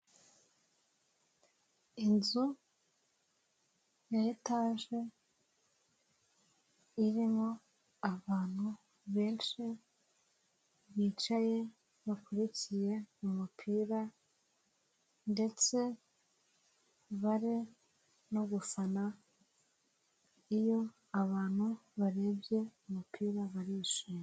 Inzu ya etaje irimo abantu benshi bicaye bakurikiye umupira ndetse bari no gufana. Iyo abantu barebye umupira barishima.